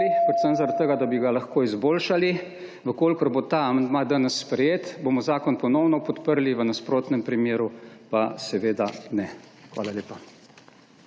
predvsem zaradi tega, da bi ga lahko izboljšali. Če bo ta amandma danes sprejet, bomo zakon ponovno podprli, v nasprotnem primeru pa ga seveda ne bomo. Hvala lepa.